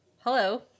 hello